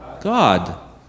God